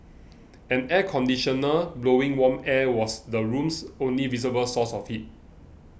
an air conditioner blowing warm air was the room's only visible source of heat